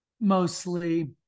mostly